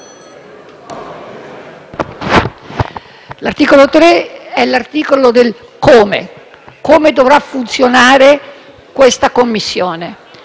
l'articolo 3 è l'articolo del «come»: come dovrà funzionare questa Commissione;